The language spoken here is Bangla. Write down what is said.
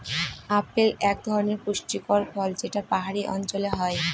আপেল এক ধরনের পুষ্টিকর ফল যেটা পাহাড়ি অঞ্চলে হয়